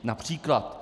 Například.